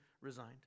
resigned